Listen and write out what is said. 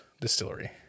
Distillery